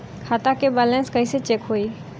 खता के बैलेंस कइसे चेक होई?